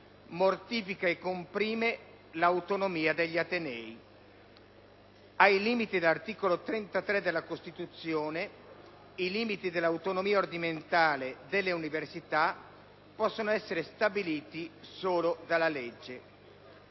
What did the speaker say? mortifica e comprime l'autonomia degli atenei. Ai sensi dell'articolo 33 della Costituzione, i limiti dell'autonomia ordinamentale delle università possono essere stabiliti solo dalla legge.